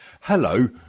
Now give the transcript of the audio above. hello